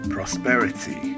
Prosperity